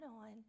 on